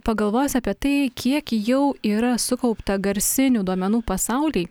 pagalvojus apie tai kiek jau yra sukaupta garsinių duomenų pasauly